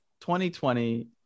2020